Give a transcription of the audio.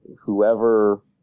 whoever